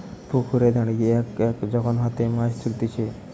পুকুরে দাঁড়িয়ে এক এক যখন হাতে মাছ তুলতিছে